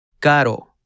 Caro